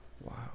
Wow